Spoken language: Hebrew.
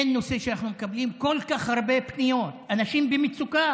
אין נושא שאנחנו מקבלים בו כל כך הרבה פניות מאנשים במצוקה: